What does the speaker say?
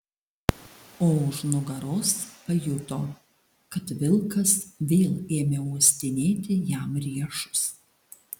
o už nugaros pajuto kad vilkas vėl ėmė uostinėti jam riešus